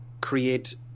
create